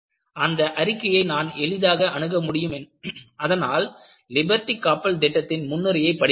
அந்த அறிக்கையை நான் எளிதாக அணுக முடியும் அதனால் லிபர்ட்டி கப்பல் திட்டத்தின் முன்னுரையை படிக்கிறேன்